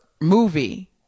movie